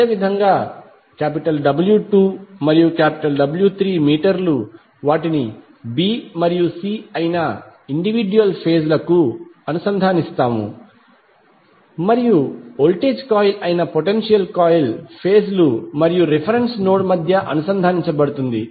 అదేవిధంగాW2 మరియు W3మీటర్లు వాటిని బి మరియు సి అయిన ఇండివిడ్యుయల్ ఫేజ్ లకు అనుసంధానిస్తాము మరియు వోల్టేజ్ కాయిల్ అయిన పొటెన్షియల్ కాయిల్ ఫేజ్ లు మరియు రిఫరెన్స్ నోడ్ మధ్య అనుసంధానించ బడుతుంది